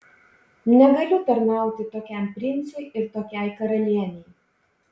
negaliu tarnauti tokiam princui ir tokiai karalienei